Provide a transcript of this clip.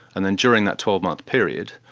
and then during that twelve month period,